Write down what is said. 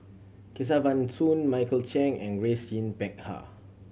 Kesavan Soon Michael Chiang and Grace Yin Peck Ha